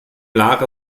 lara